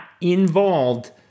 involved